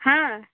हाँ